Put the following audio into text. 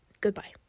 goodbye